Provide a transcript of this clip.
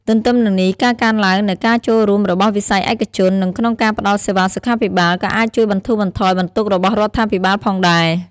ទទ្ទឹមនឹងនេះ ការកើនឡើងនូវ ការចូលរួមរបស់វិស័យឯកជន នៅក្នុងការផ្តល់សេវាសុខាភិបាល ក៏អាចជួយបន្ធូរបន្ថយបន្ទុករបស់រដ្ឋាភិបាលផងដែរ។